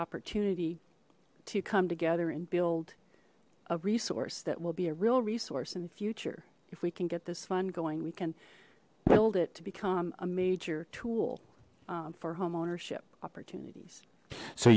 opportunity to come together and build a resource that will be a real resource in the future if we can get this fund going we can build it to become a major tool for homeownership opportunities so